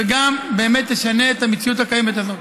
וגם באמת לשנות את המציאות הקיימת הזאת.